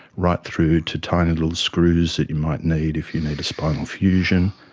right through to tiny little screws that you might need if you need a spinal fusion,